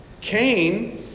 Cain